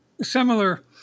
similar